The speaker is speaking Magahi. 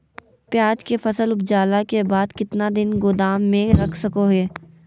प्याज के फसल उपजला के बाद कितना दिन गोदाम में रख सको हय?